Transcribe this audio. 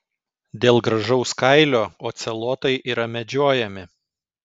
dėl gražaus kailio ocelotai yra medžiojami